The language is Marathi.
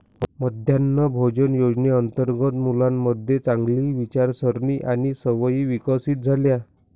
मध्यान्ह भोजन योजनेअंतर्गत मुलांमध्ये चांगली विचारसारणी आणि सवयी विकसित झाल्या